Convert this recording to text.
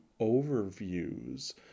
overviews